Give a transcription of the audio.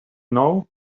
know